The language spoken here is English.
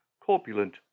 corpulent